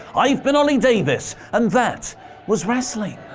i've been oli davis, and that was wrestling.